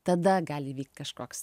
tada gali įvykt kažkoks